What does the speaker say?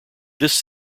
this